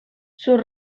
sus